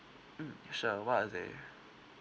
mm sure what are they